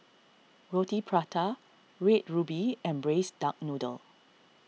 Roti Prata Red Ruby and Braised Duck Noodle